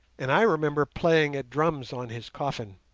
and i remember playing at drums on his coffin.